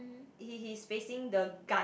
is he facing the guy